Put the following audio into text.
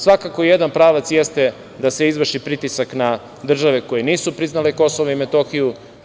Svakako jedan pravac jeste da se izvrši pritisak na države koje nisu priznale Kosovo i Metohije.